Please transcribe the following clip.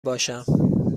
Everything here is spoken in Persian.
باشم